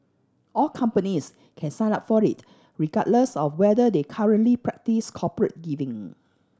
all companies can sign up for it regardless of whether they currently practise corporate giving